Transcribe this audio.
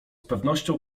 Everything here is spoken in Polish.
pewnością